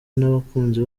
n’abakunzi